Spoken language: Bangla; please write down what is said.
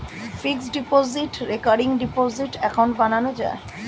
fixed deposit, recurring deposit account বানানো যায়